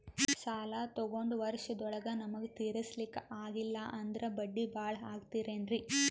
ಸಾಲ ತೊಗೊಂಡು ವರ್ಷದೋಳಗ ನಮಗೆ ತೀರಿಸ್ಲಿಕಾ ಆಗಿಲ್ಲಾ ಅಂದ್ರ ಬಡ್ಡಿ ಬಹಳಾ ಆಗತಿರೆನ್ರಿ?